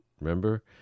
remember